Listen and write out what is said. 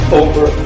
over